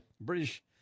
British